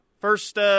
first –